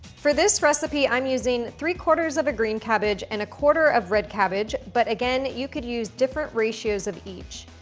for this recipe, i'm using three quarters of a green cabbage and a quarter of red cabbage, but again you could use different ratios of each.